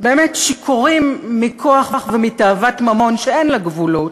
באמת שיכורים מכוח ומתאוות ממון שאין לה גבולות,